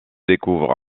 découvre